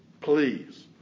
please